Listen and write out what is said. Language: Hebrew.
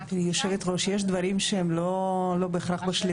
היושבת-ראש, יש דברים שהם לא בהכרח בשליטתנו.